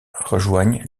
rejoignent